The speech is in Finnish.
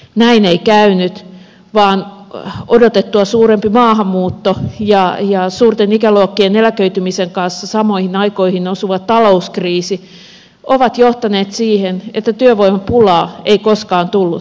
näin ei käynyt vaan odotettua suurempi maahanmuutto ja suurten ikäluokkien eläköitymisen kanssa samoihin aikoihin osunut talouskriisi ovat johtaneet siihen että työvoimapulaa ei koskaan tullut